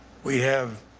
we have